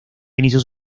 inició